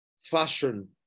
fashion